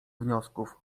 wniosków